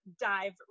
dive